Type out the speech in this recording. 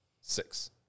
six